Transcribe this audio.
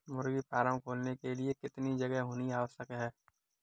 मुर्गी फार्म खोलने के लिए कितनी जगह होनी आवश्यक है?